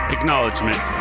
Acknowledgement